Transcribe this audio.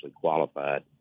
qualified